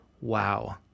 Wow